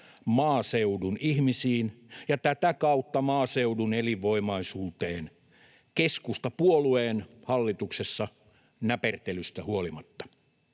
maaseudun ihmisiin ja tätä kautta maaseudun elinvoimaisuuteen keskustapuolueen hallituksessa näpertelystä huolimatta.